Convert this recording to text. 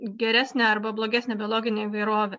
geresnę arba blogesnę biologinę įvairovę